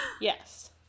yes